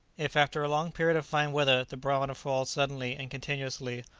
if after a long period of fine weather the barometer falls suddenly and continuously,